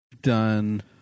Done